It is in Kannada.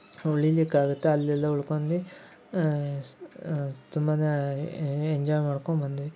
ಉಳಿಲಿಕ್ಕಾಗತ್ತೆ ಅಲ್ಲೆಲ್ಲ ಉಳ್ಕೊಂಡಿ ಸ್ ತುಂಬ ಎಂಜಾಯ್ ಮಾಡ್ಕೊಂಡ್ಬಂದ್ವಿ